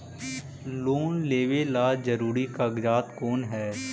Loan लेब ला जरूरी कागजात कोन है?